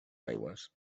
aigües